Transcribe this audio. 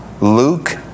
Luke